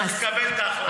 צריך לקבל את ההחלטות.